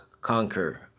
conquer